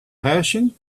hashing